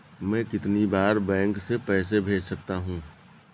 मैं कितनी बार बैंक से पैसे भेज सकता हूँ?